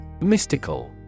Mystical